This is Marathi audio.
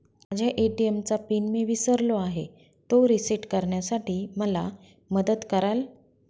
माझ्या ए.टी.एम चा पिन मी विसरलो आहे, तो रिसेट करण्यासाठी मला मदत कराल?